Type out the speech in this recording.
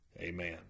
Amen